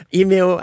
email